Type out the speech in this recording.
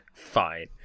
fine